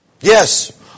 Yes